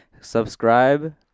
subscribe